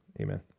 Amen